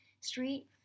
street